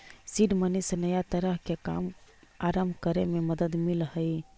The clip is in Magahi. सीड मनी से नया तरह के काम आरंभ करे में मदद मिलऽ हई